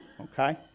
Okay